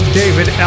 david